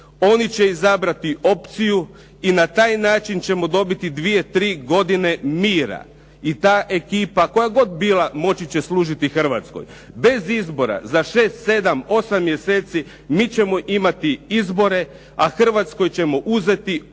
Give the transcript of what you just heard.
oni će izabrati opciju i na taj način ćemo dobiti dvije, tri godine mira. I ta ekipa koja god bila moći će služiti Hrvatskoj. Bez izbora za šest, sedam, osam mjeseci mi ćemo imati izbore, a Hrvatskoj ćemo uzeti, oteti